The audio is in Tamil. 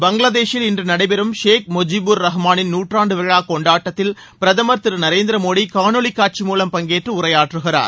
பங்களாதேஷில் இன்று நடைபெறும் ஷேக் முஜிபூர் ரகுமானின் நூற்றாண்டு விழா கொண்டாட்டத்தில் பிரதமர் திரு நரேந்திர மோடி காணொளி காட்சி மூலம் பங்கேற்று உரையாற்றகிறார்